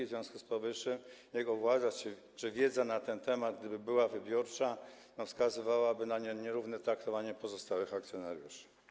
W związku z powyższym jego władzy czy wiedza na ten temat, gdyby była wybiórcza, wskazywałaby na nierówne traktowanie pozostałych akcjonariuszy.